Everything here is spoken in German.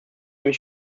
mich